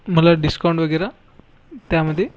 मला डिस्काऊंट वगैरे त्यामध्ये